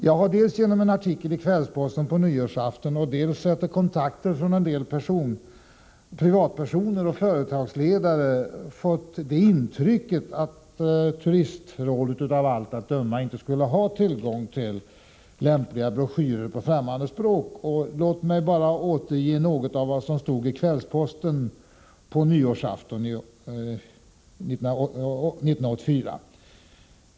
Jag har dels av en artikel i Kvällsposten på nyårsafton, dels efter direkta kontakter med en del privatpersoner och företagsledare fått det intrycket att turistrådet av allt att döma inte skulle ha tillgång till lämpliga broschyrer på främmande språk. Låt mig återge något av vad som stod i artikeln i Kvällsposten på nyårsafton 1984.